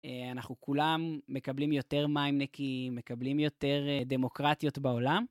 אנחנו כולם מקבלים יותר מים נקיים, מקבלים יותר דמוקרטיות בעולם.